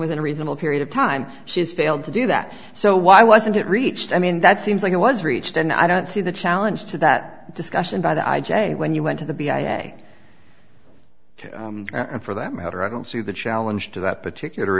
within a reasonable period of time she has failed to do that so why wasn't it reached i mean that seems like it was reached and i don't see the challenge to that discussion but i j when you went to the b ira ok and for that matter i don't see the challenge to that particular